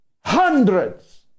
hundreds